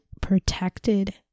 protected